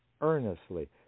earnestly